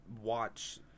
watch